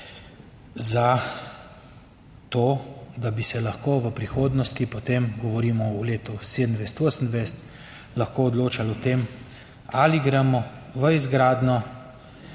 Za to, da bi se lahko v prihodnosti potem, govorimo o letu 2027, 2028, lahko odločali o tem, ali gremo v izgradnjo